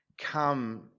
come